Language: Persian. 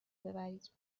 ببرید